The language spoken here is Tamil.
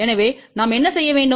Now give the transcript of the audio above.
எனவே நாம் என்ன செய்ய வேண்டும்